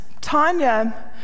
Tanya